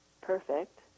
perfect